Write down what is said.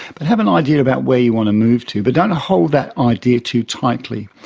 but have an idea about where you want to move to, but don't hold that idea too tightly.